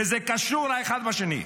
וזה קשור אחד לשני.